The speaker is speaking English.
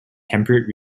temperate